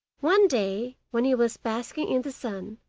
one day, when he was basking in the sun,